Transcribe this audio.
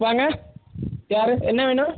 வாங்க யார் என்ன வேணும்